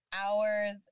Hours